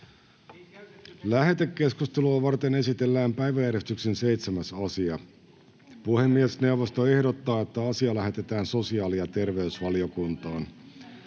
Lähetekeskustelua varten esitellään päiväjärjestyksen 7. asia. Puhemiesneuvosto ehdottaa, että asia lähetetään sosiaali- ja terveysvaliokuntaan.